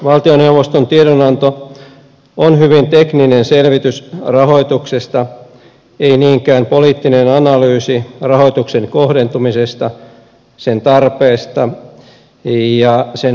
valtioneuvoston tiedonanto on hyvin tekninen selvitys rahoituksesta ei niinkään poliittinen analyysi rahoituksen kohdentumisesta sen tarpeesta ja sen vaikuttavuudesta